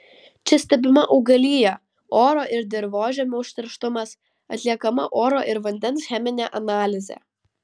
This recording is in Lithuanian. čia stebima augalija oro ir dirvožemio užterštumas atliekama oro ir vandens cheminė analizė